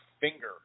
finger